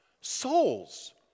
Souls